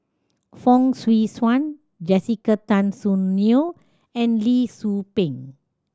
Fong Swee Suan Jessica Tan Soon Neo and Lee Tzu Pheng